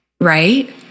right